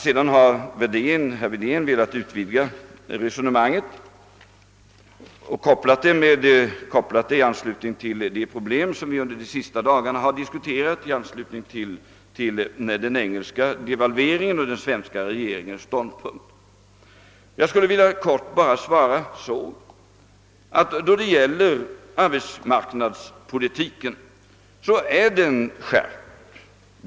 Sedan har herr Wedén velat utvidga resonemanget och kopplar det till det problem som vi under de senaste dagarna har diskuterat i anslutning till den engelska devalveringen och den sevnska regeringens ståndpunkt. Jag vill helt kort svara, att då det gäller arbetsmarknadspolitiken så har den skärpts.